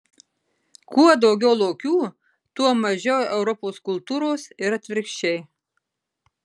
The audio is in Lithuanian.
kuo daugiau lokių tuo mažiau europos kultūros ir atvirkščiai